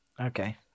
okay